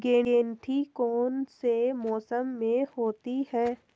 गेंठी कौन से मौसम में होती है?